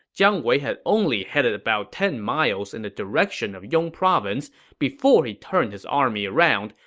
jiang wei had only headed about ten miles in the direction of yong province before he turned his army around,